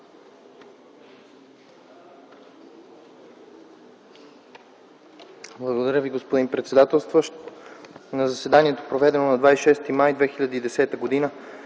Благодаря Ви, господин председателстващ. „На заседанието, проведено на 26 май 2010 г.,